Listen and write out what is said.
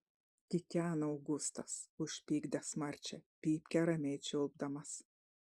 kikena augustas užpykdęs marčią pypkę ramiai čiulpdamas